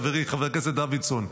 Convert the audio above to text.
חברי חבר הכנסת דוידסון?